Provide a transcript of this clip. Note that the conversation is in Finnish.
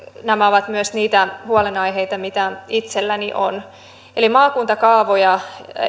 nämä ovat myös niitä huolenaiheita mitä itselläni on maakuntakaavoja